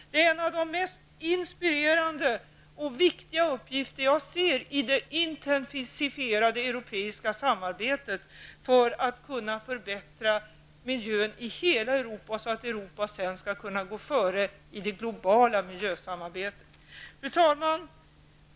Det är en av de mest inspirerande och viktiga uppgifter jag ser i det intensifierade europeiska samarbetet för att förbättra miljön i hela Europa, så att vi sedan skall kunna gå före i det globala miljösamarbetet. Fru talman!